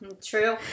true